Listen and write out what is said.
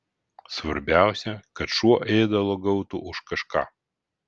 svarbiausia kad šuo ėdalo gautų už kažką